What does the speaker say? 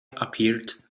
appeared